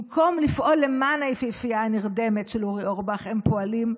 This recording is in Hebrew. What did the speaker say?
במקום לפעול למען היפהפייה הנרדמת של אורי אורבך הם פועלים נגדה.